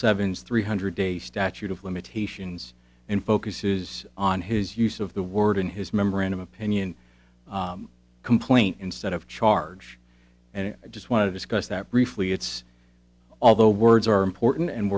seven three hundred a statute of limitations and focuses on his use of the word in his memorandum opinion complaint instead of charge and i just want to discuss that briefly it's although words are important and